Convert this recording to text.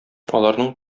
аларның